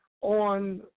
On